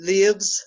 lives